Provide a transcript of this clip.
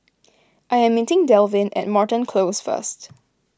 I am meeting Dalvin at Moreton Close first